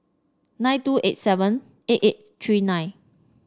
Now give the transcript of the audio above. nine two eight seven eight eight three nine